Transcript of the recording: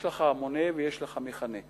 יש לך מונה ויש לך מכנה,